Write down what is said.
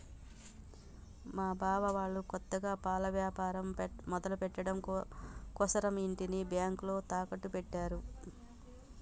మా బావ వాళ్ళు కొత్తగా పాల యాపారం మొదలుపెట్టడం కోసరం ఇంటిని బ్యేంకులో తాకట్టు పెట్టారు